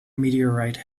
meteorite